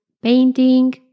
painting